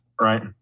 Right